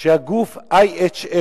שהגוף IHH,